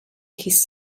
his